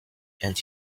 and